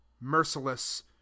Merciless